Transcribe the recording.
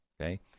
okay